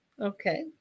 Okay